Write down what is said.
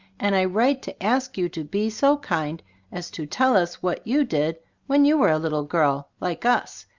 and i write to ask you to be so kind as to tell us what you did when you were a little girl like us.